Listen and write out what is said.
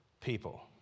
people